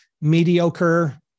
mediocre